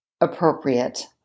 appropriate